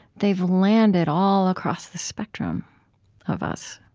they've landed all across the spectrum of us